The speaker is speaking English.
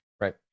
Right